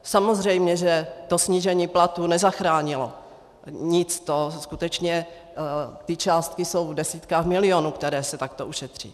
Samozřejmě že to snížení platů nezachránilo, skutečně, ty částky jsou v desítkách milionů, které se takto ušetří.